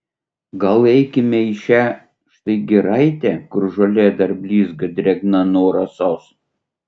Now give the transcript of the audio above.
gal eikime į šią štai giraitę kur žolė dar blizga drėgna nuo rasos